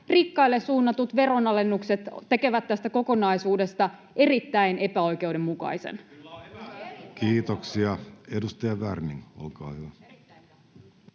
rikkaille suunnatut veronalennukset tekevät tästä kokonaisuudesta erittäin epäoikeudenmukaisen. [Sebastian Tynkkysen